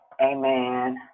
Amen